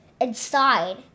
inside